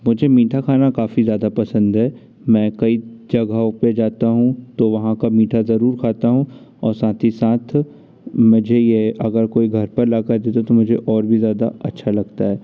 मुझे मीठा खाना काफ़ी ज़्यादा पसंद है मैं कई जगहों पे जाता हूँ तो वहाँ का मीठा ज़रूर खाता हूँ और साथ ही साथ मुझे ये अगर कोई घर पे लाकर दे दे तो मुझे और भी ज़्यादा अच्छा लगता है